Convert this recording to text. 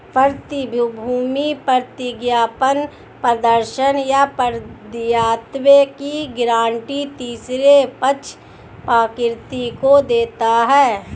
प्रतिभूति प्रतिज्ञापत्र प्रदर्शन या दायित्वों की गारंटी तीसरे पक्ष उपकृत को देता है